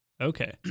Okay